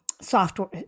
software